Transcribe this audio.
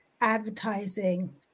advertising